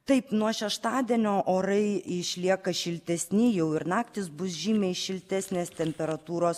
taip nuo šeštadienio orai išlieka šiltesni jau ir naktys bus žymiai šiltesnės temperatūros